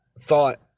thought